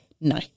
No